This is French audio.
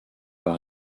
pas